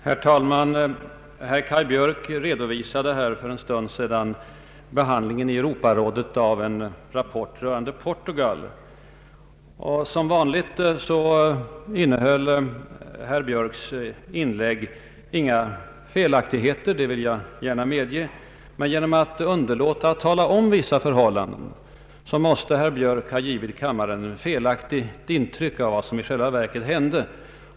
Herr talman! Herr Karl Björk redovi-- sade för en stund sedan behandlingen i Europarådet av en rapport rörande Portugal. Som vanligt innehöll herr Björks inlägg inga felaktigheter — det vill jag gärna medge — men genom att underlåta att tala om vissa förhållanden måste han ha givit kammaren ett felaktigt intryck av vad som i själva verket hände.